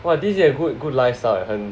!wah! this is it a good good lifestyle 很